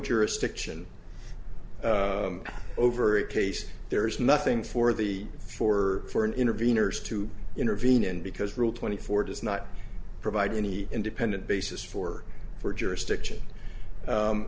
jurisdiction over a case there is nothing for the four for an interveners to intervene in because rule twenty four does not provide any independent basis for for jurisdiction